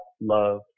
love